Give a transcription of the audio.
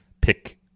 pick